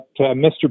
Mr